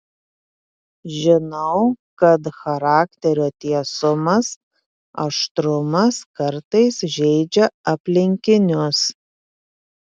žinau kad charakterio tiesumas aštrumas kartais žeidžia aplinkinius